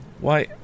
Why